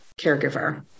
caregiver